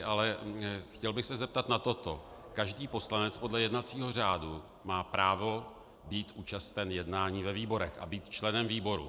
Ale chtěl bych se zeptat na toto: Každý poslanec podle jednacího řádu má právo být účasten jednání ve výborech a být členem výboru.